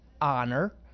honor